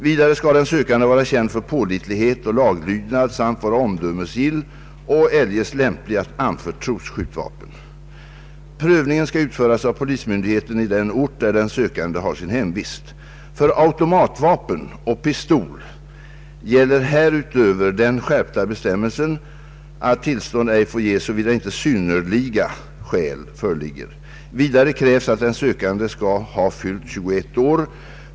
Vidare skall den sökande vara känd för pålitlighet och laglydnad samt vara omdömesgill och eljest lämplig att anförtros skjutvapen. Prövningen skall utföras av polismyndigheten i den ort, där den sökande har sin hemvist. För automatvapen och pistol gäller härutöver den skärpta bestämmelsen att tillstånd ej får ges såvida inte synnerliga skäl föreligger. Vidare krävs att den sökande skall ha fyllt 21 år.